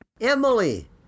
Emily